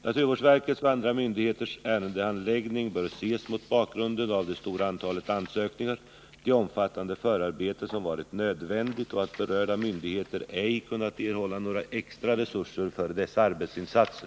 Naturvårdsverkets och andra myndigheters ärendehandläggning bör ses mot bakgrund av det stora antalet ansökningar, det omfattande förarbete som varit nödvändigt och det förhållandet att berörda myndigheter ej kunnat erhålla några extra resurser för dessa arbetsinsatser.